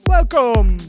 Welcome